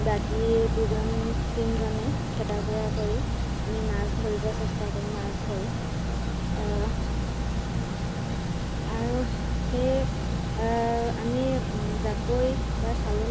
মাছ মাছক আধাৰ হিচাপে খৈল খৈল খৈল আছে খৈল বুলি আছে আধাৰ খৈলটো আচলতে সৰিয়হৰ পৰা সৰিয়হৰ তেল বনোৱাৰ সময়ত খৈলটো উৎপন্ন হয় এই খৈল